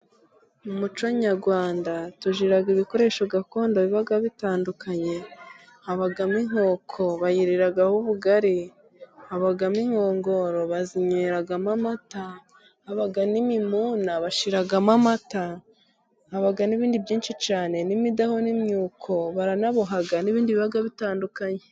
Mu muco nyarwanda tugira ibikoresho gakondo biba bitandukanye, habamo inkoko bayiriraho ubugari, habamo inkongoro bazinyweramo amata, haba n'imimuna bashyiramo amata, haba n'ibindi byinshi cyane n'imidaho n'imyuko, baranaboha n'ibindi biba bitandukanye.